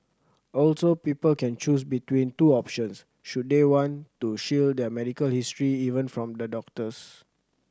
also people can choose between two options should they want to shield their medical history even from the doctors